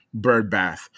birdbath